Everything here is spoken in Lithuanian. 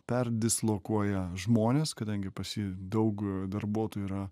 perdislokuoja žmones kadangi pas jį daug darbuotojų yra